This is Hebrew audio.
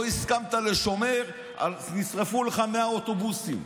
לא הסכמת לשומר, יישרפו לך 100 אוטובוסים.